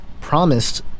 promised